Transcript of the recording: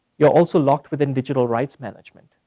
you're also locked within digital rights management,